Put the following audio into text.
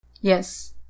Yes